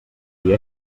dir